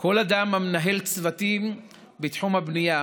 כל אדם המנהל צוותים בתחום הבנייה